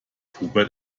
hubert